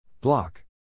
Block